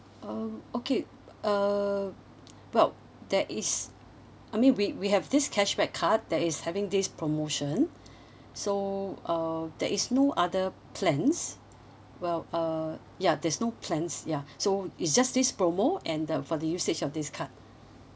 um okay uh well there is I mean we we have this cashback card that is having this promotion so uh there is no other plans well uh ya there's no plans ya so it's just this promo and the for the usage of this card